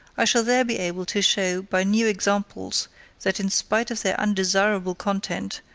i shall there be able to show by new examples that in spite of their undesirable content,